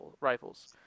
rifles